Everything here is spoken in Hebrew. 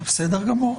בסדר גמור.